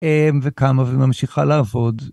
וקמה וממשיכה לעבוד.